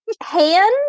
hand